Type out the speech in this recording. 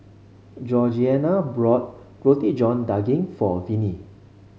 Georgeanna brought Roti John Daging for Vinie